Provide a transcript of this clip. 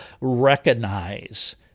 recognize